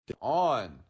On